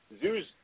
zoos